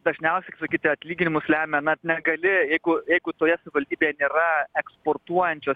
dažniausiai kaip sakyti atlyginimus lemia na negali jeigu jeigu toje savivaldybėje nėra eksportuojančio